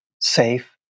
safe